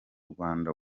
rwanda